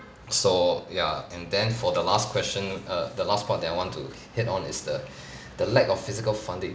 so ya and then for the last question err the last part that I want to hit on is the the lack of physical funding